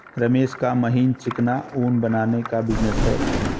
रमेश का महीन चिकना ऊन बनाने का बिजनेस है